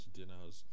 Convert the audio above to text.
dinners